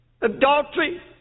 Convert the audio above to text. adultery